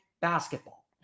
basketball